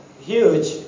huge